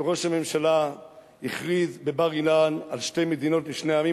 שראש הממשלה הכריז בבר-אילן על שתי מדינות לשני עמים.